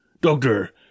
Doctor